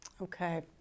okay